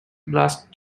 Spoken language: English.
blast